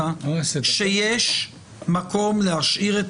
אמרת שיש מקום להשאיר את